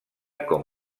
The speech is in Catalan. com